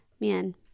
Man